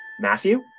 Matthew